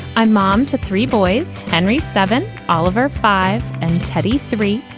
i'm mom to three boys, henry seven, oliver five and teddy three.